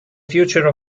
future